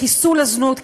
לחיסול הזנות,